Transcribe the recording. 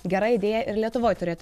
gera idėja ir lietuvoj turėt